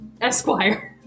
Esquire